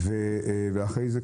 ואחרי זה,